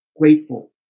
grateful